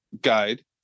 guide